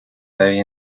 very